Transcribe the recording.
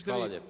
Hvala lijepa.